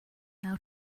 now